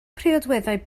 priodweddau